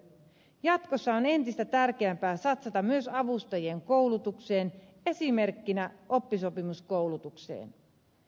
jatkossa on entistä tärkeämpää satsata myös avustajien koulutukseen esimerkiksi oppisopimuskoulutukseen